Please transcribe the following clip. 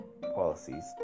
policies